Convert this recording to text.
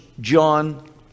John